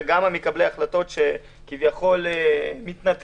וגם מקבלי ההחלטות שכביכול מתנתקים